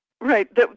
Right